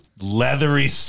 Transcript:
leathery